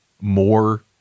more